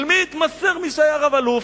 אל מי התמסר מי שהיה רב-אלוף?